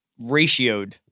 ratioed